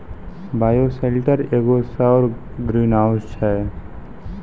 bioshelter एगो सौर greenhouse छै